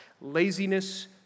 laziness